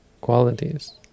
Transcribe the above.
qualities